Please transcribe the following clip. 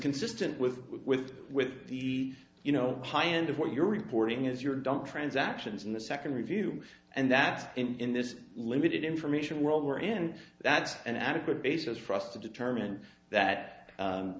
consistent with with with the you know high end of what you're reporting is your dumb transactions in the second review and that in this limited information world were and that's an adequate basis for us to determine that